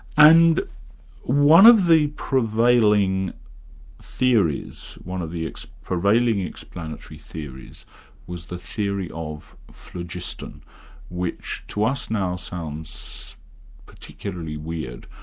and one of the prevailing theories, one of the prevailing explanatory theories was the theory of phlogiston which to us now sounds particularly weird,